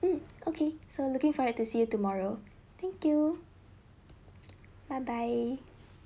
mm okay so looking forward to see you tomorrow thank you bye bye